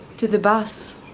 to the bus?